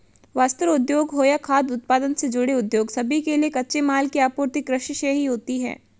वस्त्र उद्योग हो या खाद्य उत्पादन से जुड़े उद्योग सभी के लिए कच्चे माल की आपूर्ति कृषि से ही होती है